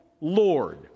Lord